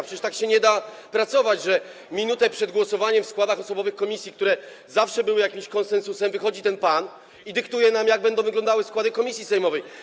Przecież tak się nie da pracować, że minutę przed głosowaniem w sprawie zmian w składach osobowych komisji, które zawsze stanowiły jakiś konsensus, wychodzi ten pan i dyktuje nam, jak będą wyglądały składy komisji sejmowych.